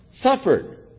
Suffered